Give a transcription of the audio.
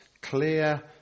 clear